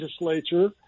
legislature